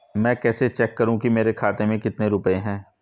मैं कैसे चेक करूं कि मेरे खाते में कितने रुपए हैं?